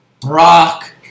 Brock